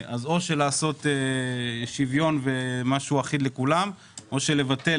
או לעשות שוויון ומשהו אחיד לכולם לבטל